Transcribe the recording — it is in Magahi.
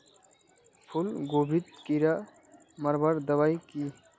फूलगोभीत कीड़ा मारवार दबाई की?